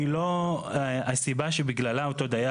היא לא הסיבה שבגללה אותו דייר